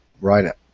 right